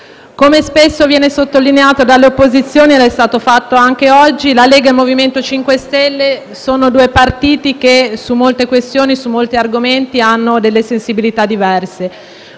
come spesso viene sottolineato dalle opposizioni - è stato fatto anche oggi - la Lega e il MoVimento 5 Stelle sono due partiti che su molte questioni e su molti argomenti hanno sensibilità diverse,